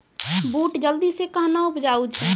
बूट जल्दी से कहना उपजाऊ छ?